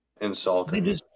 insulting